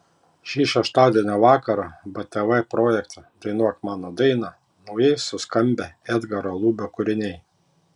šį šeštadienio vakarą btv projekte dainuok mano dainą naujai suskambę edgaro lubio kūriniai